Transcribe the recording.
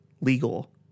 legal